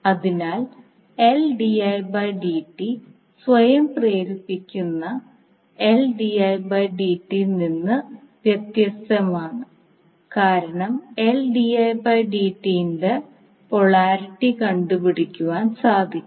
അതിനാൽ സ്വയം പ്രേരിപ്പിക്കുന്ന നിന്ന് വ്യത്യസ്തമാണ് കാരണം ന്റെ പൊളാരിറ്റി കണ്ടുപിടിക്കുവാൻ സാധിക്കും